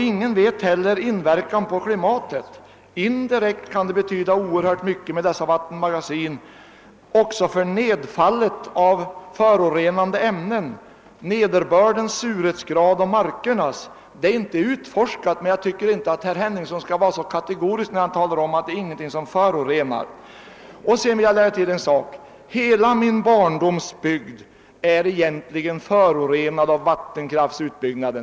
Ingen vet heller vilken inverkan vattenfallens utbyggnad har på klimatet. Indirekt kan vattenmagasinen betyda oerhört mycket också för nedfallet av förorenade ämnen och för nederbördens och markernas surhetsgrad. Detta är inte utforskat, men jag tycker inte att herr Henningsson så kategoriskt skall påstå att det inte blir några föroreningar. Hela min barndomsbygd är förorenad av vattenkraftsutbyggnaden.